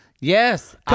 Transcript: Yes